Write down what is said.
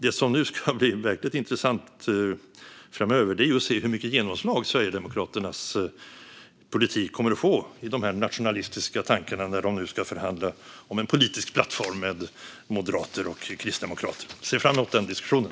Det som nu ska bli verkligen intressant framöver är att se hur mycket genomslag Sverigedemokraternas politik kommer att få i de nationalistiska tankarna när de ska förhandla om en politisk plattform med moderater och kristdemokrater. Jag ser fram emot den diskussionen.